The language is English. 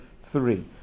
three